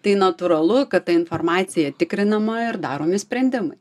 tai natūralu kad ta informacija tikrinama ir daromi sprendimai